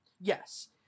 Yes